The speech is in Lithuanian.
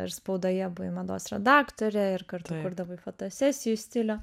ir spaudoje bei mados redaktore ir kartu kurdavai fotosesijų stilių